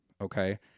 okay